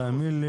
תאמין לי,